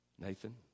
Nathan